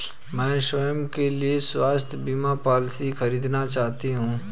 मैं स्वयं के लिए स्वास्थ्य बीमा पॉलिसी खरीदना चाहती हूं